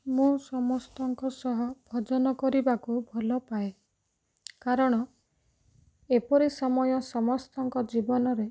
ମୁଁ ସମସ୍ତଙ୍କ ସହ ଭଜନ କରିବାକୁ ଭଲପାଏ କାରଣ ଏପରି ସମୟ ସମସ୍ତଙ୍କ ଜୀବନରେ